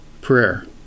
prayer